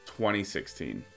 2016